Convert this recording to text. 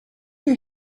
your